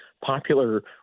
popular